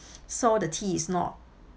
so the tea is not